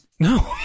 No